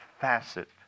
facet